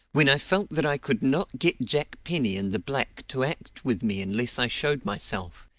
when i felt that i could not get jack penny and the black to act with me unless i showed myself,